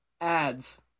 ads